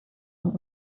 und